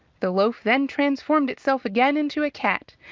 the loaf then transformed itself again into a cat,